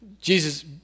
Jesus